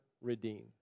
redeem